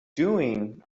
doing